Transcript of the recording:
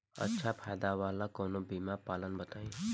अच्छा फायदा वाला कवनो बीमा पलान बताईं?